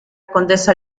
condesa